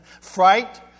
fright